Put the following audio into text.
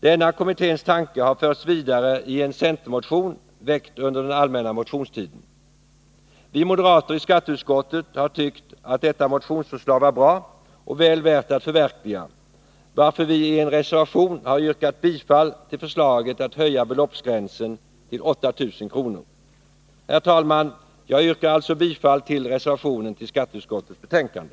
Denna kommittés tanke har förts vidare i en centermotion, väckt under den allmänna motionstiden. Vi moderater i skatteutskottet har tyckt att detta motionsförslag var bra och väl värt att förverkliga, varför vi i en reservation har yrkat bifall till förslaget att höja beloppsgränsen till 8 000 kr. Herr talman! Jag yrkar alltså bifall till reservationen till skatteutskottets betänkande.